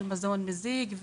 שפע של מזון מזיק,